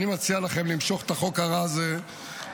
אני מציע לכם למשוך את החוק הרע הזה אחורה.